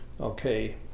okay